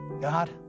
God